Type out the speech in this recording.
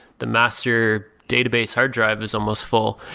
the master database hard drive is almost full.